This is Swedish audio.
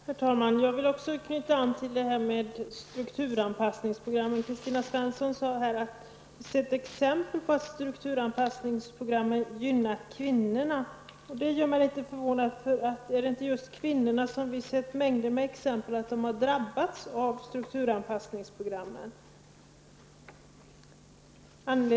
Herr talman! Även jag vill anknyta till strukturanpassningsprogrammen. Kristina Svensson sade att hon har sett exempel på att strukturanpassningsprogrammen har gynnat kvinnorna. Detta gör mig litet förvånad. Har vi inte sett många exempel på att just kvinnorna har drabbats av strukturanpassningsprogrammen?